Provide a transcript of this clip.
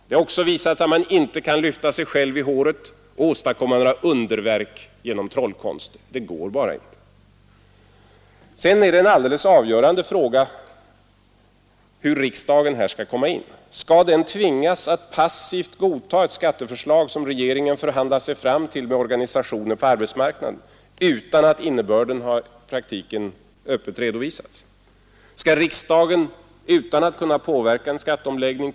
De har också visat att man inte kan lyfta sig själv i håret och åstadkomma några underverk genom trollkonster. Det går bara inte. En helt avgörande fråga gäller riksdagens roll. Skall riksdagen tvingas passivt godta ett skatteförslag som regeringen förhandlar sig fram till med organisationer på arbetsmarknaden utan att innebörden i praktiken har öppet redovisats? Skall riksdagen utan att ha kunnat påverka en sådan skatteomläggning .